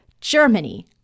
Germany